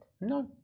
No